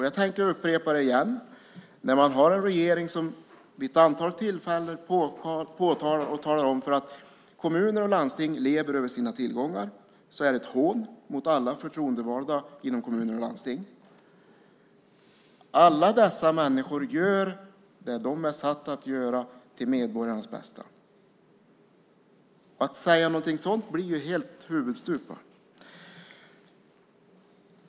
Jag tänkte upprepa det: När man har en regering som vid ett antal tillfällen säger att kommuner och landsting lever över sina tillgångar är det ett hån mot alla förtroendevalda inom kommuner och landsting. Alla dessa människor gör det de är satta att göra till medborgarnas bästa. Att säga något sådant blir helt huvudstupa.